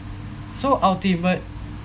so ultimate